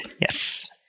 Yes